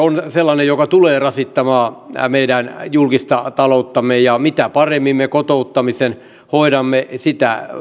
on sellainen joka tulee rasittamaan meidän julkista talouttamme ja mitä paremmin me kotouttamisen hoidamme sitä